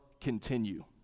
continue